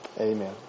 Amen